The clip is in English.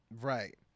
Right